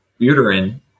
Buterin